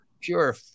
pure